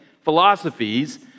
philosophies